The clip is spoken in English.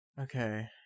Okay